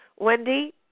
Wendy